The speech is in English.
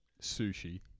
sushi